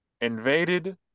invaded